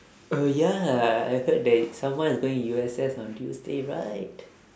oh ya I heard that someone is going U_S_S on tuesday right